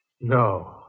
No